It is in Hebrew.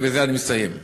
ובזה אני מסיים: